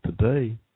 today